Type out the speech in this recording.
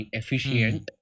efficient